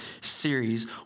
series